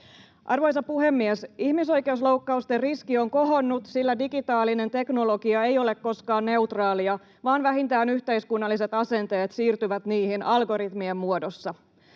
Arvoisa puhemies! Ihmisoikeusloukkausten riski on kohonnut, sillä digitaalinen teknologia ei ole koskaan neutraalia vaan vähintään yhteiskunnalliset asenteet siirtyvät niihin algoritmien muodossa.